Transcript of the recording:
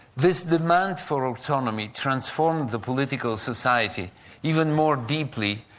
this demand for autonomy transformed the political society even more deeply,